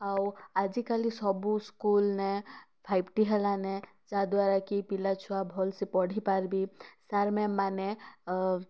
ଆଉ ଆଜିକାଲି ସବୁ ସ୍କୁଲ୍ ନେଁ ଫାଇଭ୍ ଟି ହେଲାନେ ଯାଦ୍ୱାରା କି ପିଲାଛୁଆ ଭଲସେ ପଢ଼ିପାରବେ ସାର୍ ମ୍ୟାମ୍ ମାନେ